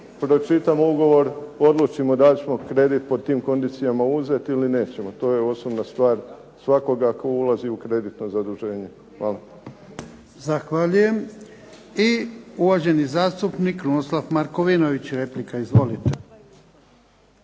pročitamo ugovor, odlučimo da li ćemo kredit pod tim kondicijama uzeti ili nećemo. To je osobna stvar svakoga tko ulazi u kreditno zaduženje. Hvala. **Jarnjak, Ivan (HDZ)** Zahvaljuje. I uvaženi zastupnik Krunoslav Markovinović, replika. Izvolite.